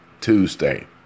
Tuesday